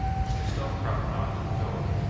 mr. stonecrop knocked at the door.